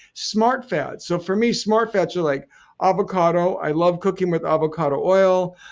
smart fat. so for me, smart fats are like avocado. i love cooking with avocado oil.